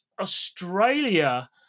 Australia